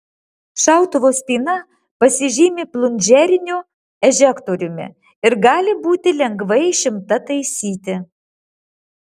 šautuvo spyna pasižymi plunžeriniu ežektoriumi ir gali būti lengvai išimta taisyti